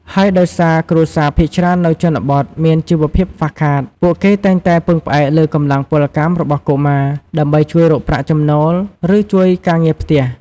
ហើយដោយសារគ្រួសារភាគច្រើននៅជនបទមានជីវភាពខ្វះខាត ពួកគេតែងតែពឹងផ្អែកលើកម្លាំងពលកម្មរបស់កុមារ ដើម្បីជួយរកប្រាក់ចំណូល ឬជួយការងារផ្ទះ។